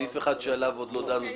סעיף אחד שעוד לא דנו בו זה